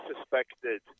suspected